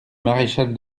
maréchal